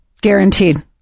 Guaranteed